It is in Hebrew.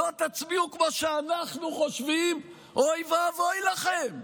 לא תצביעו כמו שאנחנו חושבים, אוי ואבוי לכם.